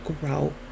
grow